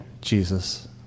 Jesus